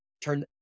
turn